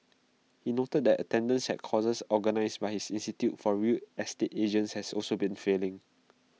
he noted that attendance at courses organised by his institute for real estate agents has also been filling